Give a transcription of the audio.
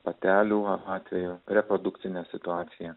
patelių atveju reprodukcinė situacija